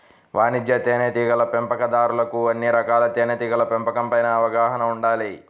వాణిజ్య తేనెటీగల పెంపకందారులకు అన్ని రకాలుగా తేనెటీగల పెంపకం పైన అవగాహన ఉండాలి